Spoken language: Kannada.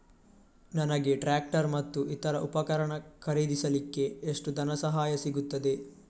ನನಗೆ ಟ್ರ್ಯಾಕ್ಟರ್ ಮತ್ತು ಇತರ ಉಪಕರಣ ಖರೀದಿಸಲಿಕ್ಕೆ ಎಷ್ಟು ಧನಸಹಾಯ ಸಿಗುತ್ತದೆ?